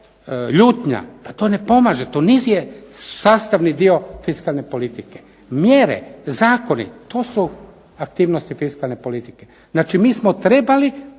Pa to ne pomaže. To nije sastavni dio fiskalne politike. Mjere, zakoni to su aktivnosti fiskalne politike. Znači, mi smo trebali